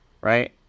Right